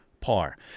par